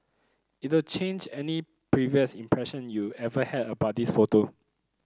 it'll change any previous impression you ever had about this photo